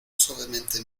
suavemente